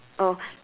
oh